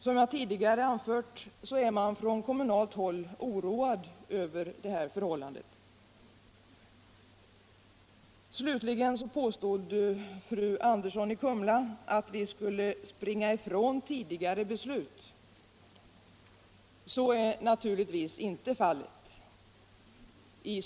Som jag tidigare anfört är man på kommunalt håll oroad över det här förhållandet. Slutligen påstod fru Andersson i Kumla att vi skulle springa ifrån tidigare beslut. Så är naturligtvis inte fallet.